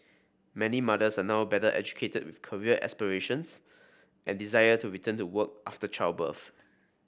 many mothers are now better educated with career aspirations and desire to return to work after childbirth